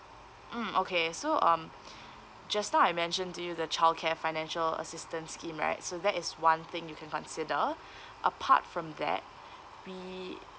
mm okay so um just now I mentioned to you the childcare financial assistance scheme right so that is one thing you can consider apart from that we